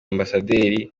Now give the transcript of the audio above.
ambasaderi